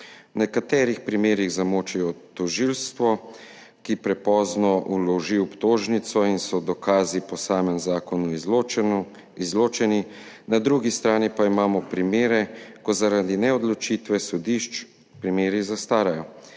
V nekaterih primerih zamolči tožilstvo, ki prepozno vloži obtožnico in so dokazi po samem zakonu izločeni, na drugi strani pa imamo primere, ko zaradi neodločitve sodišč primeri zastarajo.